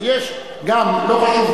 כי לא חשוב,